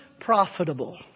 profitable